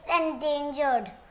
endangered